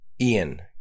ian